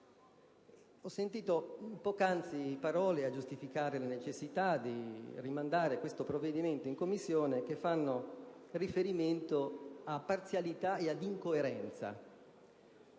Ho ascoltato poc'anzi parole, a giustificare la necessità di rimandare questo provvedimento in Commissione, che fanno riferimento a parzialità e ad incoerenza.